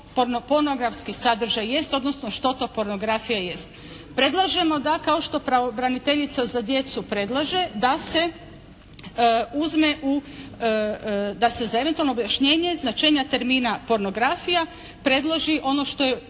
što to pornografija jest. Predlažemo da kao što pravobraniteljica za djecu predlaže da se za eventualno objašnjenje značenja termina pornografija predloži ono što je